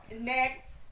Next